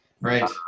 Right